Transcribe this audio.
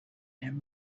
and